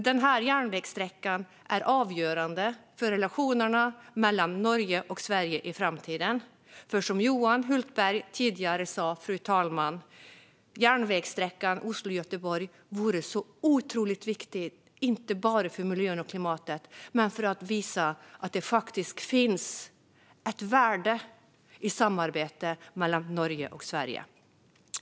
Denna järnvägssträcka är avgörande för relationerna mellan Norge och Sverige i framtiden. Som Johan Hultberg sa tidigare, fru talman, är järnvägssträckan Oslo-Göteborg otroligt viktig, inte bara för miljön och klimatet utan också för att visa att det faktiskt finns ett värde i samarbete mellan Norge och Sverige.